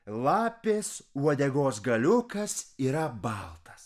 lapės uodegos galiukas yra baltas